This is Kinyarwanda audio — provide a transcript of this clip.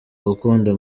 gukunda